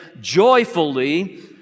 joyfully